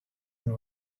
and